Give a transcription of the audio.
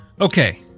okay